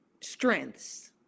strengths